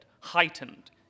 heightened